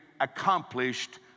accomplished